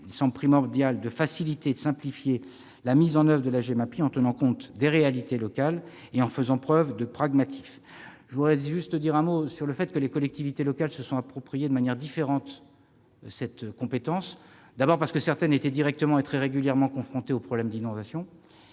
me semble primordial de faciliter et de simplifier la mise en oeuvre de la Gemapi en tenant compte des réalités locales et en faisant preuve de pragmatisme. Les collectivités locales se sont approprié de manières différentes ces compétences. D'abord, parce que certaines étaient directement et très régulièrement confrontées aux problèmes d'inondation.